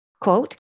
quote